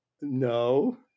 No